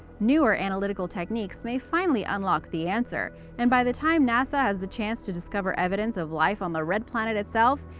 newer analytical techniques may finally unlock the answer, and by the time nasa has the chance to discover evidence of life on the red planet itself,